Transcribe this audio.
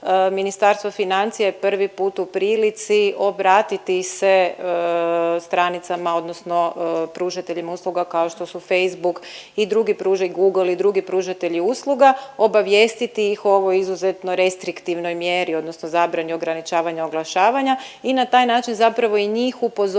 Ministarstvo financija je prvi put u prilici obratiti se stranicama odnosno pružateljima usluga kao što su Facebook i drugi, Google i drugi pružatelji usluga, obavijestiti ih o ovoj izuzetno restriktivnoj mjeri odnosno zabrani ograničavanja oglašavanja i na taj način zapravo i njih upozoriti